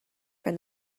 from